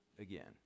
Again